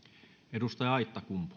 arvoisa